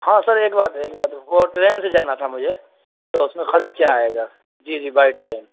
ہاں سر ایک بات ایک بات وہ ٹرین سے جانا تھا مجھے تو اس میں خرچ کیا آئے گا جی جی بائے ٹرین